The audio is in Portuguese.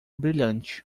brilhante